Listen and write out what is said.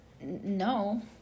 no